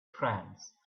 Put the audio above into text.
friends